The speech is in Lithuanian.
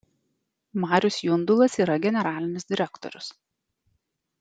marius jundulas yra generalinis direktorius